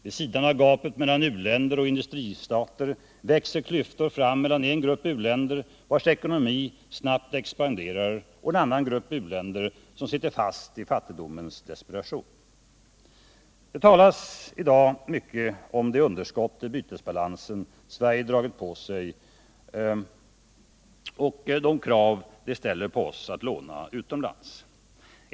Vid sidan av gapet mellan uländer och industristater växer nya klyftor fram mellan en grupp u-länder vilkas ekonomi snabbt expanderar, och en annan grupp u-länder som sitter fast i fattigdomens desperation. Det talas i dag mycket om det underskott i bytesbalansen som Sverige dragit på sig och de krav detta ställer på oss när det gäller att låna utomlands.